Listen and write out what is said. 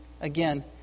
again